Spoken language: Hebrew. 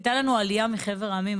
הייתה לנו עלייה מחבר העמים,